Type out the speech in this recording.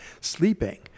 sleeping